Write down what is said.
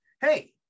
hey